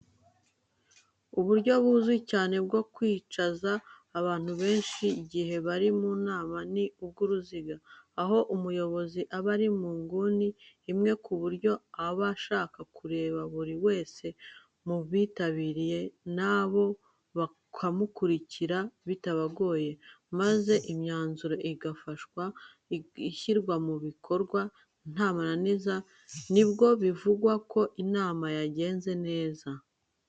Uburyo buzwi cyane bwo kwicaza abantu benshi igihe bari mu nama ni ubw'uruziga, aho umuyobozi aba ari mu nguni imwe ku buryo abasha kureba buri wese mu bitabiriye, na bo bakamukurikira bitabagoye. Maze imyanzuro ifashwe igashyirwa mu bikorwa ntamananiza. Nibwo bivugwako inama yagenze neza.